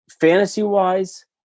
Fantasy-wise